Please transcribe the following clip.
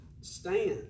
stand